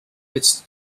its